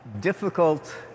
difficult